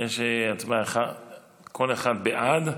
יש קול אחד בעד.